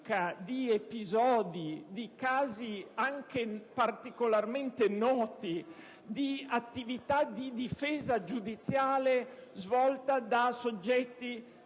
di episodi, di casi anche particolarmente noti, di attività di difesa giudiziale svolta da soggetti